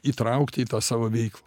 įtraukt į tą savo veiklą